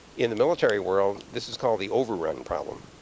in the military world, this is called the overrun problem.